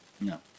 No